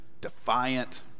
defiant